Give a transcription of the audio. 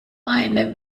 eine